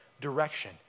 direction